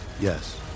Yes